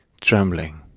trembling